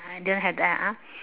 you don't have that ah